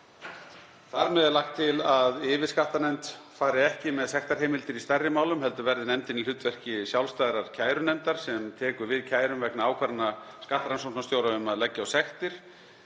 Þar með er lagt til að yfirskattanefnd fari ekki með sektarheimildir í stærri málum heldur verði nefndin í hlutverki sjálfstæðrar kærunefndar sem tekur við kærum vegna ákvarðana skattrannsóknarstjóra um að leggja á sektir.